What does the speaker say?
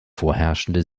vorherrschende